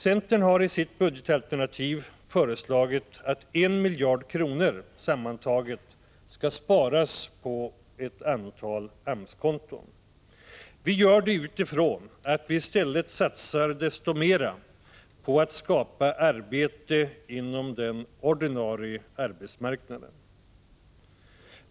Centern har i sitt budgetalternativ föreslagit att 1 miljard kronor sammantaget skall sparas på ett antal AMS-konton. Vi satsar i stället desto mer på att skapa arbete inom den ordinarie arbetsmarknaden.